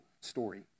story